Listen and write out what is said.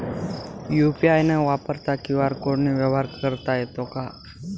UPI न वापरता QR कोडने व्यवहार करता येतो का?